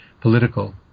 political